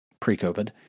pre-COVID